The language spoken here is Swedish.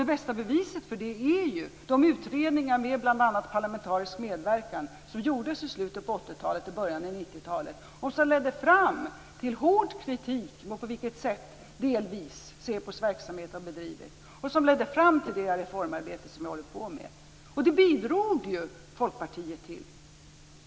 Det bästa beviset för detta är ju de utredningar med bl.a. parlamentarisk medverkan som gjordes i slutet på 80-talet och i början av 90-talet, som ledde fram till hård kritik mot det sätt på vilket SÄPO:s verksamhet delvis hade bedrivits och till det reformarbete som vi har hållit på med. Detta bidrog ju Folkpartiet till.